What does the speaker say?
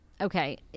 okay